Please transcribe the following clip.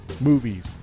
movies